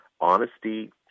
honesty